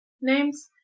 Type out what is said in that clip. names